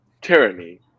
tyranny